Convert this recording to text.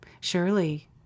Surely